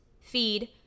feed